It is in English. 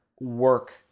work